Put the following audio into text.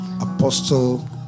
Apostle